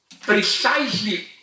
precisely